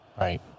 right